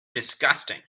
disgusting